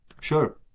Sure